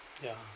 ya